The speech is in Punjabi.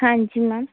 ਹਾਂਜੀ ਮੈਮ